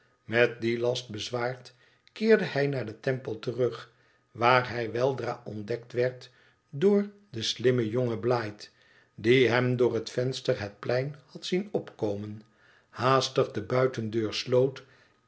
met dien last bezwaard keerde hij naar den temple terug waar hij weldra ontdekt werd door den slimmen jongen blight die hem door het venster het plein had zien opkomen haastig de buitendeur sloot